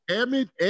Amid